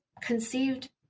conceived